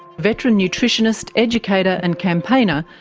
veteran nutritionist, educator and campaigner,